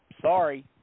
Sorry